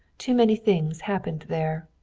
too many things happened there,